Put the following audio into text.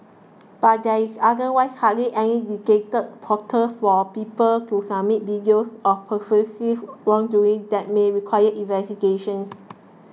but there is otherwise hardly any dictated portal for people to submit videos of pervasive wrongdoing that may require investigations